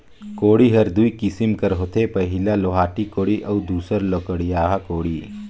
कोड़ी हर दुई किसिम कर होथे पहिला लोहाटी कोड़ी अउ दूसर लकड़िहा कोड़ी